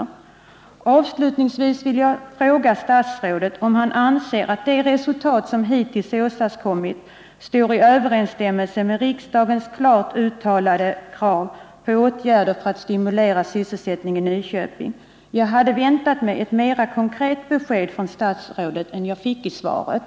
Om sysselsättnings Avslutningsvis vill jag fråga statsrådet om han anser att de resultat som problemen i Nykö hittills åstadkommits står i överensstämmelse med riksdagens klart uttalade — pingsregionen krav på åtgärder för att stimulera sysselsättningen i Nyköping. Jag hade väntat mig ett mera konkret besked från statsrådet än jag fick i svaret.